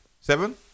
seven